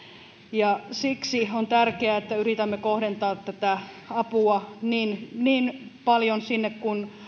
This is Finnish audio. siksi on tärkeää että yritämme kohdentaa tätä apua sinne niin paljon